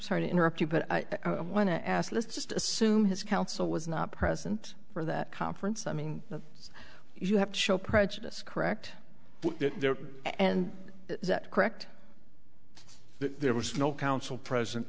sorry to interrupt you but i want to ask let's just assume his counsel was not present for that conference i mean you have to show prejudice correct there and that correct that there was no counsel present